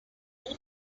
all